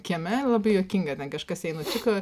kieme labai juokinga ten kažkas jai nutiko